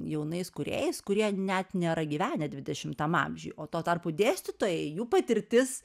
jaunais kūrėjais kurie net nėra gyvenę dvidešimtam amžiuj o tuo tarpu dėstytojai jų patirtis